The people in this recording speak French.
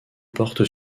porte